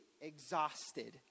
exhausted